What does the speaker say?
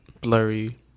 blurry